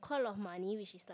quite a lot of money which is like